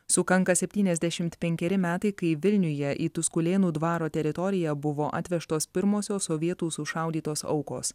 sukanka septyniasdešimt penkeri metai kai vilniuje į tuskulėnų dvaro teritoriją buvo atvežtos pirmosios sovietų sušaudytos aukos